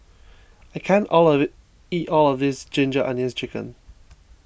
I can't all of it eat all of this Ginger Onions Chicken